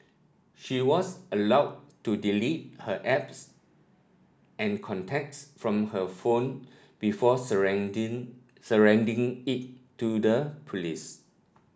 she was allowed to delete her apps and contacts from her phone before surrendering surrendering it to the police